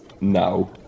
now